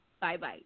Bye-bye